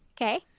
Okay